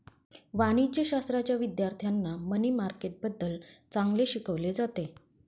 वाणिज्यशाश्राच्या विद्यार्थ्यांना मनी मार्केटबद्दल चांगले शिकवले जाते